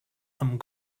amb